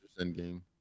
Endgame